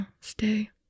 stay